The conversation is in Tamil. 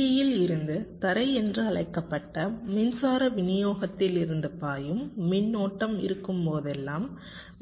VDD யில் இருந்து தரை என்று அழைக்கப்பட்ட மின்சார விநியோகத்திலிருந்து பாயும் மின்னோட்டம் இருக்கும்போதெல்லாம்